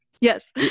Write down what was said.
Yes